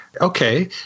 okay